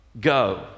go